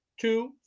Two